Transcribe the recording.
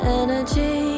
energy